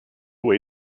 way